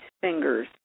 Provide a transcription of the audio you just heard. fingers